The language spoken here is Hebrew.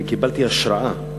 אני קיבלתי השראה.